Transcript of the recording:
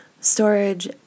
storage